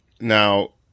now